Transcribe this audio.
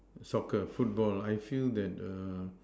soccer football I feel that err